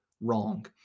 wrong